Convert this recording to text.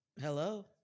Hello